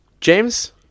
james